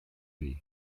hiv